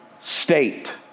state